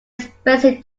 expensive